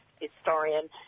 historian